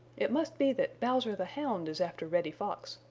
it must be that bowser, the hound, is after reddy fox,